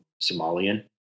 Somalian